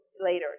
later